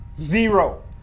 Zero